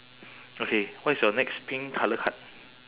okay what is your next pink colour card